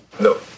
No